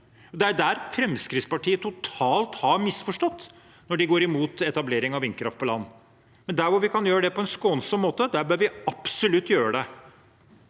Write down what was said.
Det er der Fremskrittspartiet har misforstått totalt når de går imot etablering av vindkraft på land. Der vi kan gjøre det på en skånsom måte, der bør vi absolutt gjøre det.